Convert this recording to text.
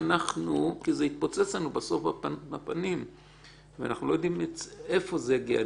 כי זה יתפוצץ לנו בסוף בפנים ואנחנו לא יודעים מאיפה זה יגיע,